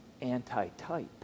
anti-type